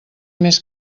més